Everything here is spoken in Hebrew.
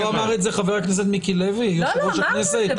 לא אמר את זה חה"כ מיקי לוי, יו"ר הכנסת?